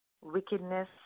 wickedness